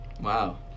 Wow